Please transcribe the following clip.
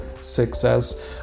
6s